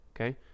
Okay